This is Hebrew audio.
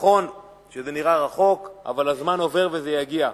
נכון שזה נראה רחוק, אבל הזמן עובר וזה יגיע.